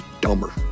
dumber